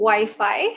Wi-Fi